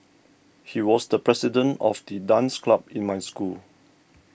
he was the president of the dance club in my school